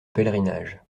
pèlerinages